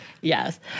Yes